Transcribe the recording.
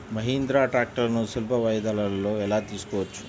మహీంద్రా ట్రాక్టర్లను సులభ వాయిదాలలో ఎలా తీసుకోవచ్చు?